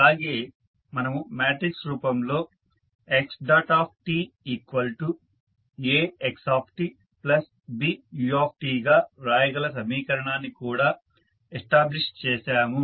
అలాగే మనము మ్యాట్రిక్స్ రూపంలో xt Axt Bu గా వ్రాయగల సమీకరణాన్ని కూడా ఎస్టాబ్లిష్ చేసాము